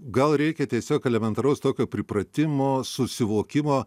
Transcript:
gal reikia tiesiog elementaraus tokio pripratimo susivokimo